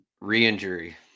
re-injury